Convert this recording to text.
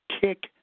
kick